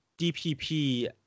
DPP